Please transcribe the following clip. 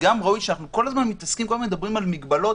וגם ראוי אנחנו כל הזמן מדברים על מגבלות,